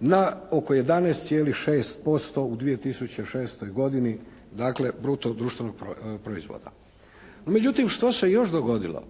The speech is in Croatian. na oko 11,6% u 2006. godini, dakle bruto društvenog proizvoda. Međutim što se još dogodilo,